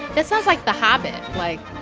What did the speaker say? that sounds like the hobbit. like,